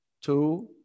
Two